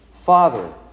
Father